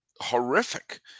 horrific